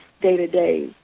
day-to-day